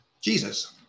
Jesus